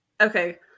Okay